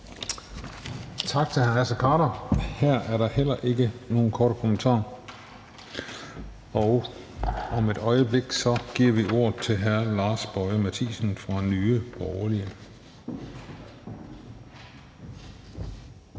Tak til hr. Naser Khader. Her er der heller ikke nogen korte bemærkninger, og om et øjeblik giver vi ordet til hr. Lars Boje Mathiesen fra Nye Borgerlige.